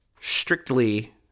strictly